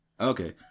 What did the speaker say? okay